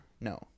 No